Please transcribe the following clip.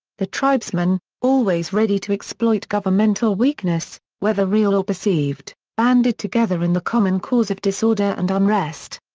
the tribesmen, always ready to exploit governmental weakness, whether real or perceived, banded together in the common cause of disorder and unrest.